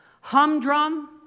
humdrum